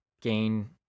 gain